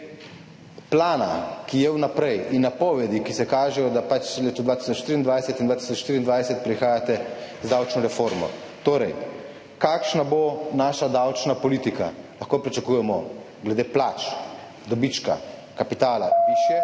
glede načrta za naprej in napovedi, ki se kažejo, da v letu 2023 in 2024 prihajate z davčno reformo. Kakšna bo naša davčna politika? Lahko pričakujemo glede plač, dobička, kapitala višje